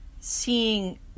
seeing